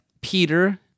Peter